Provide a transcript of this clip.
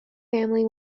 family